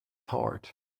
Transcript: art